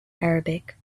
arabic